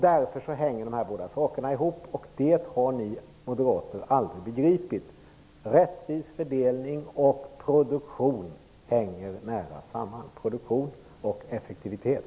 Därför hänger dessa båda saker ihop. Det har ni moderater aldrig begripit. Rättvis fördelning och produktion hänger nära samman - produktion och effektivitet.